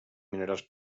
minerals